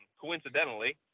coincidentally